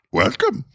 welcome